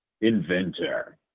inventor